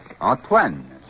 Antoine